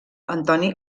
antoni